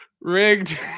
rigged